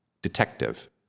Detective